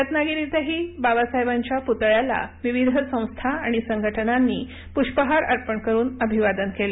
रत्नागिरीतही बाबासाहेबांच्या पुतळ्याला विविध संस्था आणि संघटनांनी पुष्पहार अर्पण करून अभिवादन केलं